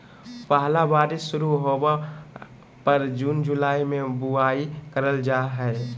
पहला बारिश शुरू होबय पर जून जुलाई में बुआई करल जाय हइ